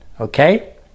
okay